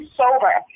sober